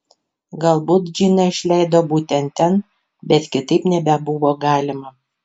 galbūt džiną išleido būtent ten bet kitaip nebebuvo galima